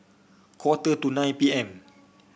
quarter to nine P M